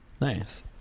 Nice